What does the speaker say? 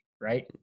Right